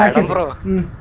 on broken